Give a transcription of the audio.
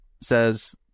says